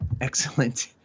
excellent